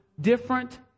different